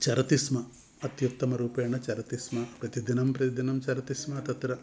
चरति स्म अत्युत्तमरूपेण चरति स्म प्रतिदिनं प्रतिदिनं चरति स्म तत्र